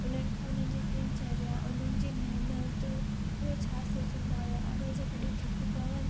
उन्हनि खां उन्हनि जी दिनचर्या उन्हनि जी महिनतु उहे छा सोचंदा हुआ अगरि जेकॾहिं थकी पवनि